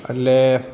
એટલે